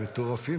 "מטורפים,